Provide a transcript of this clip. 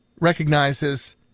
recognizes